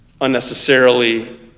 unnecessarily